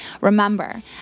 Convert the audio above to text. Remember